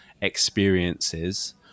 experiences